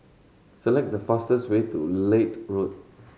select the fastest way to Leith Road